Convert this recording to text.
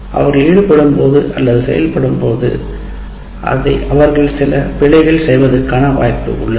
அவர்கள் ஈடுபடும்போது செயல்படுத்தும்போது அவர்கள் சில பிழைகள் செய்வதற்கான வாய்ப்பு உள்ளது